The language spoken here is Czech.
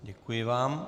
Děkuji vám.